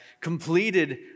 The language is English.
completed